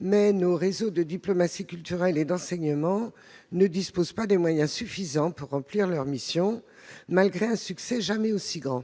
mais nos réseaux de diplomatie culturelle et d'enseignement ne disposent pas des moyens suffisants pour remplir leurs missions malgré un succès qui n'a jamais été aussi grand.